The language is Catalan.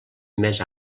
més